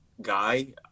guy